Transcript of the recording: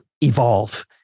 evolve